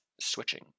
switching